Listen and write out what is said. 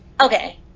Okay